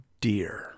dear